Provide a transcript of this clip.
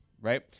right